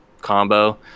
combo